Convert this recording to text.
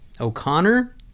O'Connor